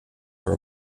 for